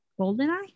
Goldeneye